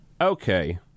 Okay